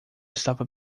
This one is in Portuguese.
estava